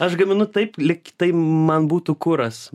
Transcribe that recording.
aš gaminu taip lyg tai man būtų kuras